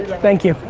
thank you.